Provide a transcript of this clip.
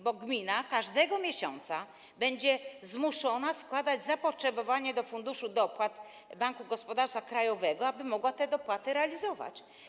Bo gmina każdego miesiąca będzie zmuszona składać zapotrzebowanie do Funduszu Dopłat Banku Gospodarstwa Krajowego, aby mogła te dopłaty realizować.